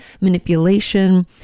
manipulation